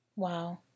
Wow